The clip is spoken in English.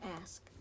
ask